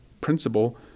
principle